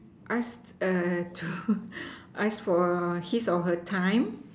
ask err to ask for his or her time